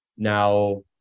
Now